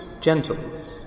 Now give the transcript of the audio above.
gentles